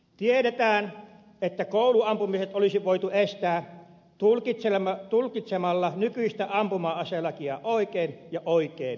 tiedetään että kouluampumiset olisi voitu estää tulkitsemalla nykyistä ampuma aselakia oikein ja oikein ajoitettuna